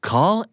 Call